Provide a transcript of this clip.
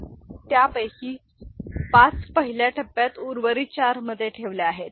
तर त्यापैकी 5 पहिल्या टप्प्यात उर्वरित चारमध्ये ठेवल्या आहेत